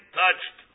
touched